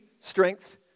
strength